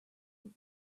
but